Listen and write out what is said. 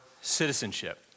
citizenship